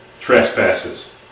trespasses